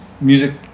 music